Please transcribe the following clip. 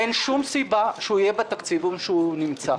אין שום סיבה שהוא יהיה בתקציבים שבהם הוא נמצא.